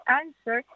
answer